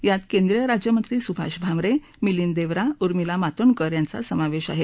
यात केंद्रीय राज्यमंत्री सुभाष भामरे मिलिंद देवरा उर्मिला मातोंडकर यांचा समावेश आहे